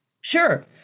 Sure